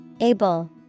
Able